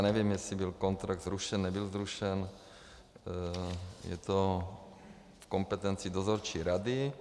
Nevím, jestli byl kontrakt zrušen, nebyl zrušen, je to v kompetenci dozorčí rady.